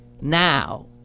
now